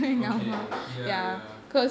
okay ya ya